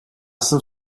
jsem